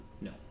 no